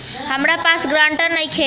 हमरा पास ग्रांटर नइखे?